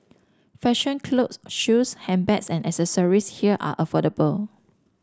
fashion clothes shoes handbags and accessories here are affordable